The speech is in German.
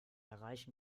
erreichen